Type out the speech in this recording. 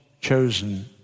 Chosen